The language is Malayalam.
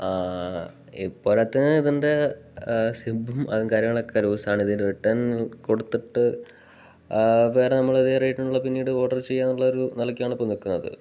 ഇപ്പോഴത്ത ഇതിൻ്റെ സിബും അതും കാര്യങ്ങളുമൊക്കെ ലൂസാണ് ഇത് റിട്ടേൺ കൊടുത്തിട്ട് വേറെ നമ്മള് അതേ റേട്ടിനുള്ളത് പിന്നീട് ഓർഡർ ചെയ്യാനുള്ളൊരു നിലയ്ക്കാണ് ഇപ്പോള് നില്ക്കുന്നത്